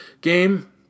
game